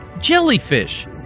jellyfish